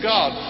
God